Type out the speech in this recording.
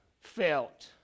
felt